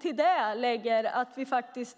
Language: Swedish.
Till det kan vi lägga